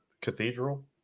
cathedral